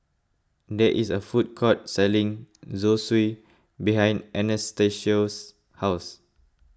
there is a food court selling Zosui behind Anastacio's house